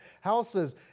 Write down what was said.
houses